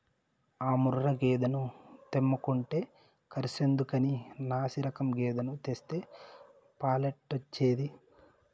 ఆ ముర్రా గేదెను తెమ్మంటే కర్సెందుకని నాశిరకం గేదెను తెస్తే పాలెట్టొచ్చేది